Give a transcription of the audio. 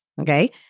okay